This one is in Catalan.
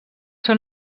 són